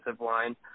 line